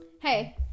Hey